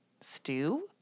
stew